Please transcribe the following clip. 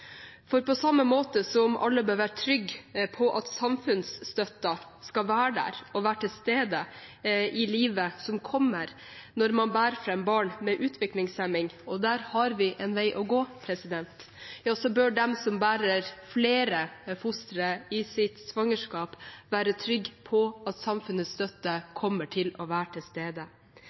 For på samme måte som alle bør være trygge på at samfunnsstøtten skal være der, være til stede i livet som kommer når man bærer fram barn med utviklingshemning – og der har vi en vei å gå – bør de som bærer flere fostre i sitt svangerskap, være trygge på at samfunnets støtte kommer til å være til stede.